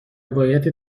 روایت